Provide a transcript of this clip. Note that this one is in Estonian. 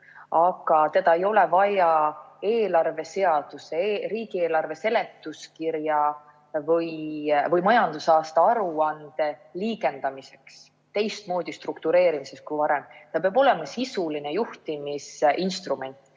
aga seda ei ole vaja eelarveseaduse, riigieelarve seletuskirja või majandusaasta aruande liigendamiseks, teistmoodi struktureerimiseks kui varem. See peab olema sisuline juhtimisinstrument,